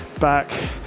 back